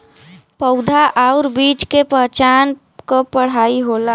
पउधा आउर बीज के पहचान क पढ़ाई होला